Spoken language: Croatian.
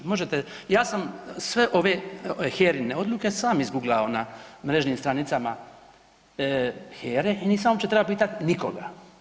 Možete, ja sam sve ove HERA-ine odluke sam izgooglao na mrežnim stranicama HERA-e i nisam uopće trebao pitati nikoga.